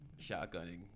shotgunning